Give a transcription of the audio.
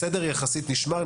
הסדר יחסית נשמר.